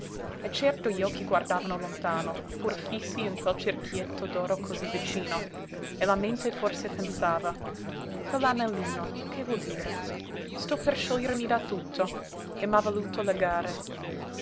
e certo gli occhi guardavano lontano pur fissi in quel cerchietto d'oro cosí vicino e la mente forse pensava quest'anellino che vuol dire sto per sciogliermi da tutto e m'ha voluto legare